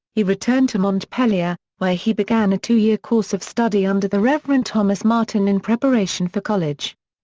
he returned to montpelier, where he began a two-year course of study under the reverend thomas martin in preparation for college.